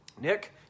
nick